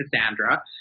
cassandra